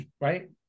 Right